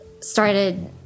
started